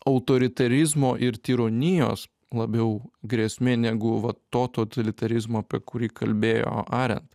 autoritarizmo ir tironijos labiau grėsmė negu va to totalitarizmo apie kurį kalbėjo aret